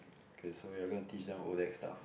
K so we are gonna teach them all ODAC stuff